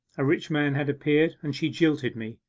a rich man had appeared, and she jilted me.